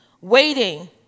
waiting